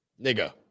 Nigga